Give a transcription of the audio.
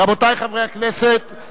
רבותי חברי הכנסת,